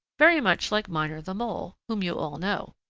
very much like miner the mole, whom you all know.